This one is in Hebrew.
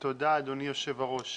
תודה, אדוני יושב הראש.